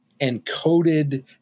encoded